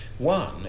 One